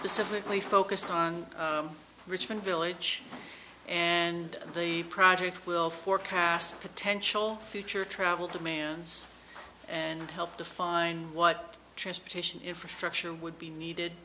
specifically focused on richmond village and the project will forecast potential future travel demands and help define what transportation infrastructure would be needed